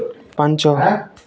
ପାଞ୍ଚ